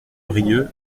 rieux